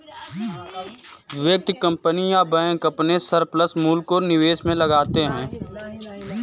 व्यक्ति, कंपनी या बैंक अपने सरप्लस मूल्य को निवेश में लगाते हैं